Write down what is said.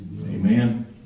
Amen